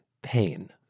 pain